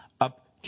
up